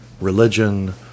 religion